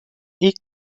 ilk